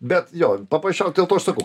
bet jo paprasčiau dėl to aš sakau